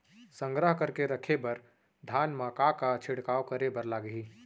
संग्रह करके रखे बर धान मा का का छिड़काव करे बर लागही?